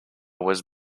was